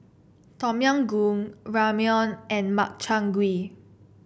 Tom Yam Goong Ramyeon and Makchang Gui